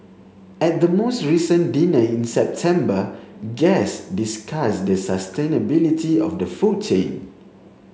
at the most recent dinner in September guest discuss the sustainability of the food chain